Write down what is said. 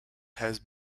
has